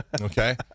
okay